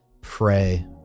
pray